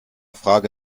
frage